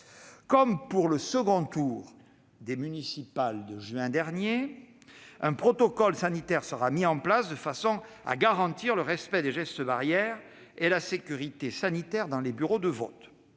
Comme pour le second tour des municipales, en juin dernier, un protocole sanitaire sera défini de façon à garantir le respect des gestes barrières et la sécurité sanitaire dans les bureaux de vote.